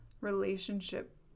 relationship